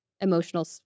emotional